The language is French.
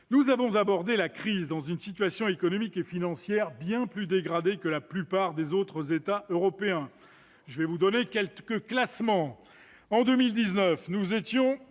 Nous avons abordé la crise dans une situation économique et financière bien plus dégradée que la plupart des autres États européens. En 2019, nous étions en queue de peloton : sur 27, nous étions